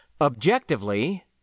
Objectively